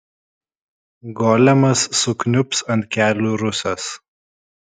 golemas sukniubs ant kelių rusas